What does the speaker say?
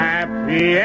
Happy